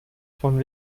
von